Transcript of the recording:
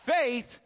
Faith